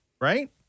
right